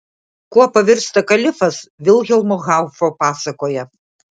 kuo pavirsta kalifas vilhelmo haufo pasakoje